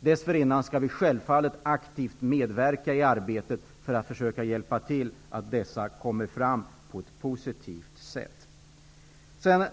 Dessförinnan skall vi självfallet aktivt medverka i arbetet för att försöka hjälpa till så att de kommer fram på ett positivt sätt.